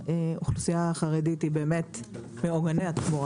האוכלוסייה החרדית היא באמת מעוגני התחבורה